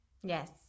Yes